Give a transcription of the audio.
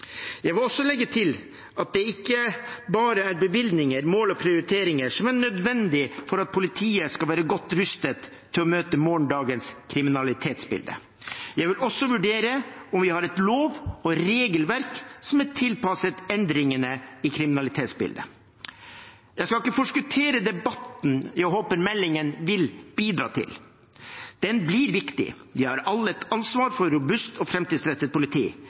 Jeg vil også legge til at det ikke bare er bevilgninger, mål og prioriteringer som er nødvendig for at politiet skal være godt rustet til å møte morgendagens kriminalitetsbilde, jeg vil også vurdere om vi har et lov- og regelverk som er tilpasset endringene i kriminalitetsbildet. Jeg skal ikke forskuttere debatten jeg håper meldingen vil bidra til. Den blir viktig. Vi har alle et ansvar for et robust og framtidsrettet politi.